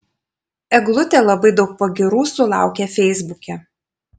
eglutė labai daug pagyrų sulaukia feisbuke